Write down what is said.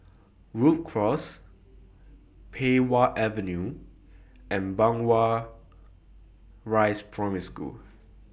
Rhu Cross Pei Wah Avenue and Blangah Rise Primary School